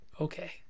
okay